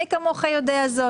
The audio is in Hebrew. מי כמוך יודע זאת.